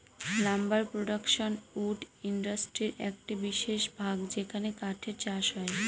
lumber production wood ইন্ডাস্ট্রির একটি বিশেষ ভাগ যেখানে কাঠের চাষ হয়